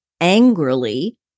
angrily